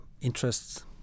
interests